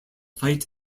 fight